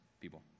people